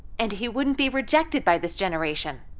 and he wouldn't be rejected by this generation.